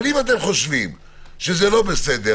אבל אם אתם חושבים שזה לא בסדר,